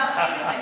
להמשיך עם זה,